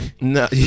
No